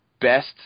Best